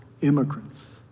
immigrants